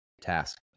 task